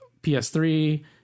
PS3